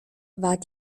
war